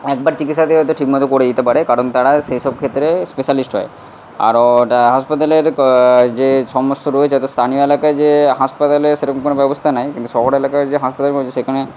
একবার চিকিৎসাতেই হয়তো ঠিকমতো করে দিতে পারে কারণ তারা সে সব ক্ষেত্রে স্পেশালিস্ট হয় আরও ওটা হাসপাতালের যে সমস্ত রয়েছে অর্থাৎ স্থানীয় এলাকায় যে হাসপাতালে সেরকম কোনো ব্যবস্থা নেই কিন্তু শহর এলাকায় যে হাসপাতাল রয়েছে সেখানে